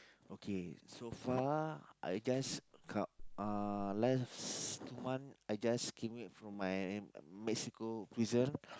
okay so far I just come uh last two months I just came back from my Mexico prison